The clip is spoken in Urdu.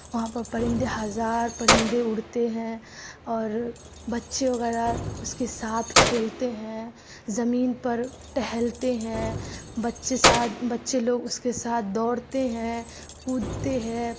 وہاں پہ پرندے ہزار پرندے اڑتے ہیں اور بچے وغیرہ اس کے ساتھ کھیلتے ہیں زمین پر ٹہلتے ہیں بچے ساتھ بچے لوگ اس کے ساتھ دوڑتے ہیں کودتے ہیں